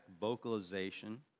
vocalization